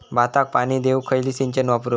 भाताक पाणी देऊक खयली सिंचन वापरू?